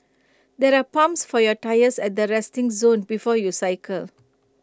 there are pumps for your tyres at the resting zone before you cycle